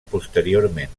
posteriorment